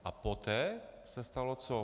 A poté se stalo co?